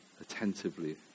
attentively